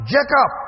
Jacob